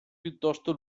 piuttosto